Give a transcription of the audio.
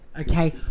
okay